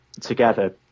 together